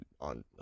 on